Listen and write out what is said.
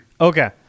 Okay